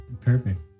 Perfect